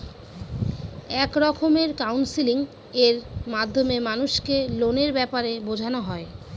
এক রকমের কাউন্সেলিং এর মাধ্যমে মানুষকে লোনের ব্যাপারে বোঝানো হয়